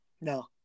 No